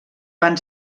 van